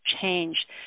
change